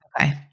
Okay